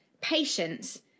patience